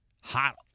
hot